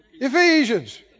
Ephesians